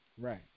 Right